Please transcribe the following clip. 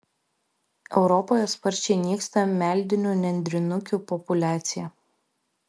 europoje sparčiai nyksta meldinių nendrinukių populiacija